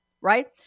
right